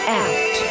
out